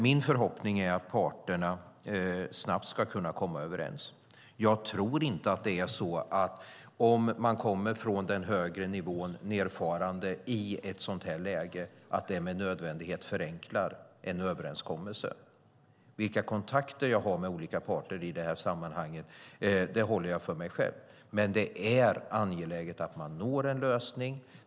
Min förhoppning är att parterna snabbt ska komma överens. Jag tror inte att det om man i ett sådant läge kommer nedfarande från den högre nivån med nödvändighet förenklar en överenskommelse. Vilka kontakter jag har med olika parter i sammanhanget håller jag för mig själv, men det är angeläget att man når en lösning.